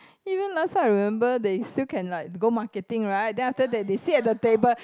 even last time I remember they still can like go marketing right then after that they sit at the table